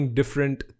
different